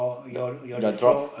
the the draft